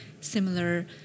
similar